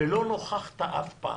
ולא נוכחת אף פעם.